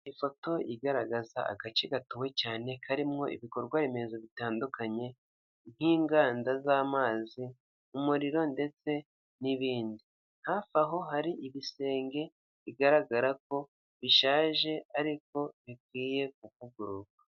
Ifoto igaragaza agace gatuwe cyane karimo ibikorwa remezo bitandukanye, nk'inganda z'amazi, umuriro, ndetse n'ibindi. Hafi aho hari ibisenge bigaragara ko bishaje, ariko bikwiye kuvugururwa.